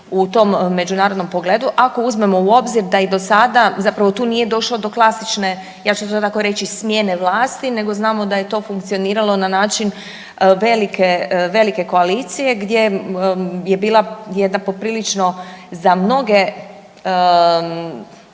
u tom međunarodnom pogledu, ako uzmemo u obzir da i do sada zapravo tu nije došlo do klasične, ja ću to tako reći smjene vlasti, nego znamo da je to funkcioniralo na način velike koalicije gdje je bila jedna poprilično za mnoge,